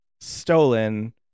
stolen